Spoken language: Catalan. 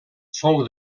fou